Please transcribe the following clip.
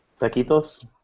Taquitos